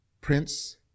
Prince